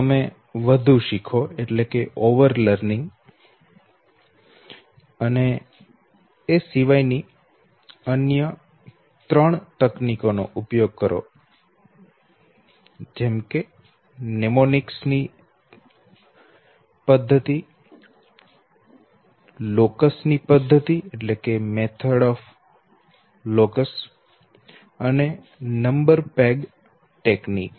તમે વધુ શીખો અથવા ત્રણ અન્ય તકનીકો નો ઉપયોગ કરો નેમોનિક્સ ની પદ્ધતિ લોકસ ની પદ્ધતિ અને નંબર પેગ તકનીકો